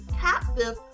captive